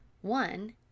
One